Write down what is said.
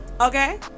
Okay